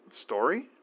Story